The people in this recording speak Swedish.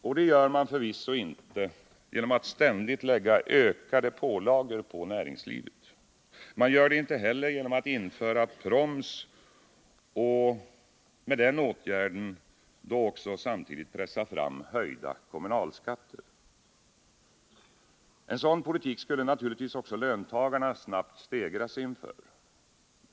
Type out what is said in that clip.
Och det gör man förvisso inte genom att ständigt lägga ökade pålagor på näringslivet. Man gör det inte heller genom att införa proms och med den åtgärden samtidigt också pressa fram höjda kommunalskatter. En sådan politik skulle naturligtvis också löntagarna snabbt stegra sig inför.